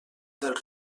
del